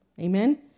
amen